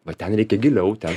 va ten reikia giliau ten